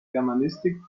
germanistik